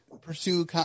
pursue